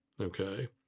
okay